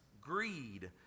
greed